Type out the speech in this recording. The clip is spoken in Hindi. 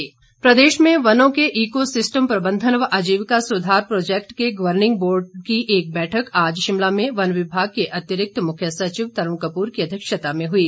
जायका प्रोजैक्ट प्रदेश में वनों के इको सिस्टम प्रबंधन व आजीविका सुधार प्रोजैक्ट के गर्वनिंग बोर्ड की एक बैठक आज शिमला में वन विभाग के अतिरिक्त मुख्य सचिव तरुण कपूर की अध्यक्षता में हुई